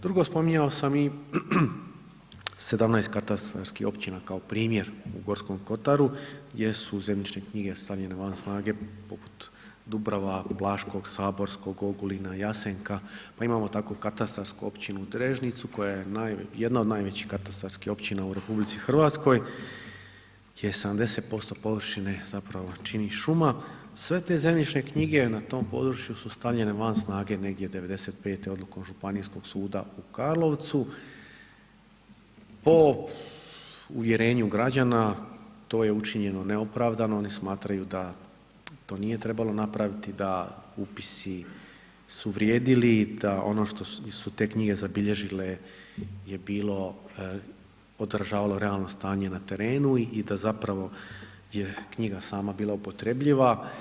Drugo, spominjao sam i 17 katastarskih općina kao primjer u Gorskom kotaru gdje su zemljišne knjige stavljene van snage poput Dubrava, Plaškog, Saborskog, Ogulina, Jasenka, pa imamo tako katastarsku općinu Drežnicu koja je jedna od najvećih katastarskih općina u RH gdje 70% površine zapravo čini šuma, sve te zemljišne knjige na tom području su stavljene van snage negdje '95. odlukom županijskog suda u Karlovcu po uvjerenju građana to je učinjeno neopravdano, oni smatraju da to nije trebalo napraviti, da upisi su vrijedili, da ono što su te knjige zabilježile je bilo, održavalo realno stanje na terenu i da zapravo je knjiga sama bila upotrjebljiva.